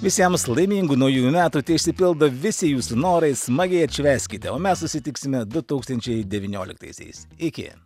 visiems laimingų naujųjų metų te išsipildo visi jūsų norai smagiai atšvęskite o mes susitiksime du tūkstančiai devynioliktaisiais iki